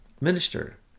minister